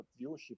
viewership